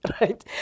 right